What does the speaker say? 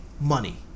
money